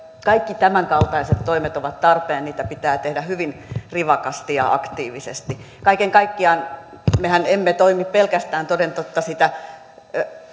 kaikki tämänkaltaiset toimet ovat tarpeen niitä pitää tehdä hyvin rivakasti ja aktiivisesti kaiken kaikkiaan mehän emme toimi pelkästään toden totta sitä